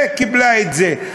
וקיבלה את זה.